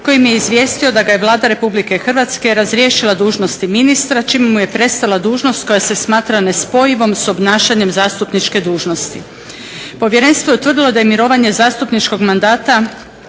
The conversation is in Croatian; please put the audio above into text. kojim je izvijestio da ga je Vlada RH razriješila dužnosti ministra čime mu je prestala dužnost koja se smatra nespojivom s obnašanjem zastupničke dužnosti. Povjerenstvo je utvrdilo da je mirovanje zastupničkog mandata